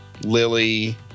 Lily